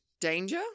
danger